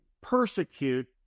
persecute